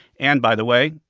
and by the way,